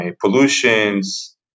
pollutions